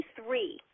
three